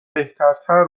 بهترتر